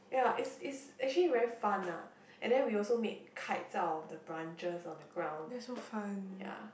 yeah it's it's actually very fun ah and then we also make kites out of the branches on the ground yeah